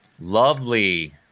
lovely